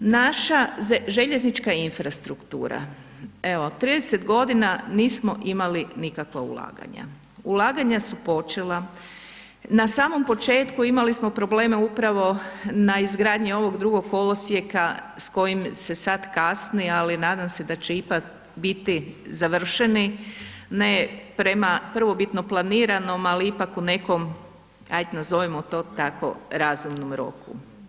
Naša željeznička infrastruktura, evo 30 godina nismo imali nikakva ulaganja, ulaganja su počela, na samom početku imali smo probleme upravo na izgradnji ovog drugog kolosijeka s kojim se sad kasni, ali nadam se da će ipak biti završeni, ne prema prvobitno planiranom ali ipak u nekom aj nazovimo to tako, razumnom roku.